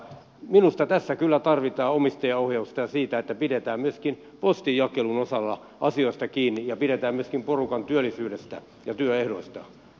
minusta tässä kyllä tarvitaan omistajaohjausta ja sitä että pidetään myöskin postin jakelun osalta asioista kiinni ja pidetään myöskin porukan työllisyydestä ja työehdoista huolta